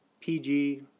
PG